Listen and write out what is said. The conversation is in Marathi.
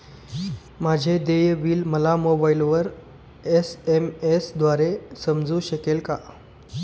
माझे देय बिल मला मोबाइलवर एस.एम.एस द्वारे समजू शकेल का?